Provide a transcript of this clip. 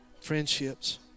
friendships